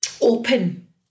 open